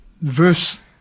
verse